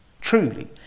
Truly